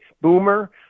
boomer